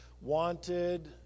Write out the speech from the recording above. wanted